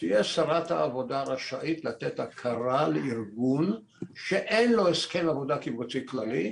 תהיה שרת העבודה רשאית לתת הכרה לארגון שאין לו הסכם עבודה קיבוצי כללי,